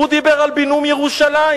הוא דיבר על בינאום ירושלים,